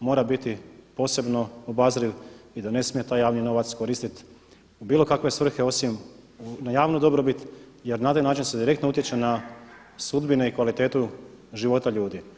mora biti posebno obazriv i da ne smije taj javni novac koristiti u bilo kakve svrhe osim na javnu dobrobit jer na taj način se direktno utječe na sudbine i kvalitetu života ljudi.